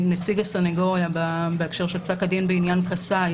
נציג הסנגוריה בהקשר של פסק הדין בעניין קסאי